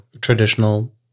traditional